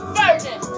virgin